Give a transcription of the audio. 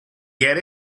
get